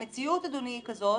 המציאות, אדוני, היא כזאת